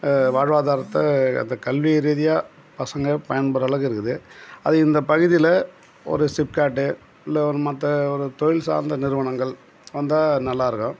வாழ்வாதாரத்தை அந்த கல்வி ரீதியாக பசங்கள் பயன்படுற அளவுக்கு இருக்குது அது இந்தப் பகுதியில் ஒரு சிப்கார்ட்டு இல்லை மற்ற ஒரு தொழில் சார்ந்த நிறுவனங்கள் வந்தால் நல்லாயிருக்கும்